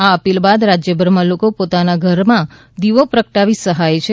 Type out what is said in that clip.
આ અપીલ બાદ રાજયભરમાં લોકો પોતાના ઘરોમાં દીવા પ્રગટાવી સહાય છે